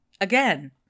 Again